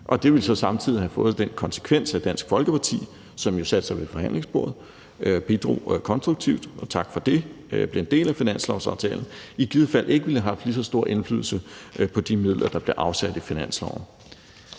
og det ville så samtidig have fået den konsekvens, at Dansk Folkeparti, som jo satte sig ved forhandlingsbordet og bidrog konstruktivt – og tak for det – og blev en del af finanslovsaftalen, i givet fald ikke ville have haft lige så stor indflydelse på de midler, der blev afsat i finansloven.